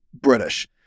British